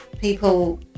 people